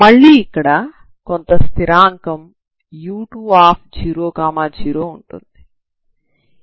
మళ్ళీ ఇక్కడ కొంత స్థిరాంకం u200 ఉంటుంది